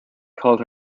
called